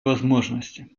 возможности